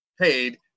paid